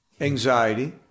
anxiety